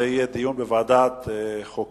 זה יהיה דיון בוועדת החוקה,